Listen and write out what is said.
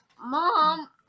mom